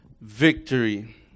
victory